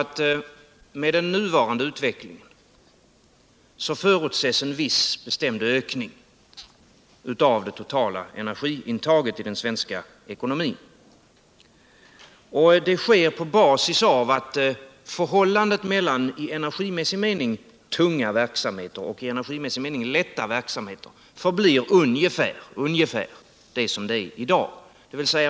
Med den nuvarande utvecklingen förutsätts en viss, bestämd ökning av det totala energlintaget i den svenska ekonomin. Detta sker på basis av att förhållandet mellan i energimässig mening tunga verksamheter och i energimässig mening lätta verksamheter förblir ungefär som i dag.